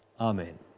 Amen